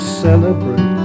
celebrate